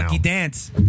dance